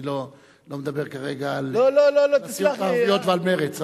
אני לא מדבר כרגע על הסיעות הערביות ועל מרצ,